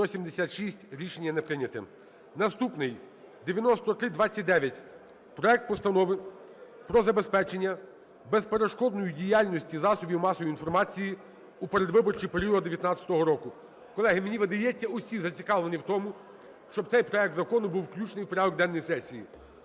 За-176 Рішення не прийняте. Наступний – 9329: проект Постанови про забезпечення безперешкодної діяльності засобів масової інформації у передвиборний період 19-го року. Колеги, мені видається, усі зацікавлені в тому, щоб цей проект закону був включений в порядок денний сесії.